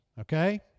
okay